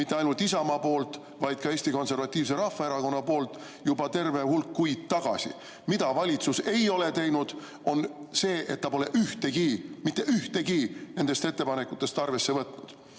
mitte ainult Isamaa, vaid ka Eesti Konservatiivne Rahvaerakond juba terve hulk kuid tagasi. Mida valitsus ei ole teinud, on see, et ta pole ühtegi – mitte ühtegi – nendest ettepanekutest arvesse võtnud.